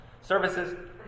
services